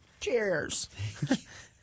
Cheers